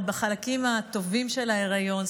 עוד בחלקים הטובים של ההיריון,